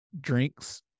drinks